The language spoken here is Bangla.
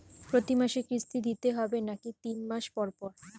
প্রতিমাসে কিস্তি দিতে হবে নাকি তিন মাস পর পর?